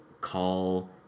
call